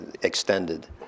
extended